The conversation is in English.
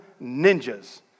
ninjas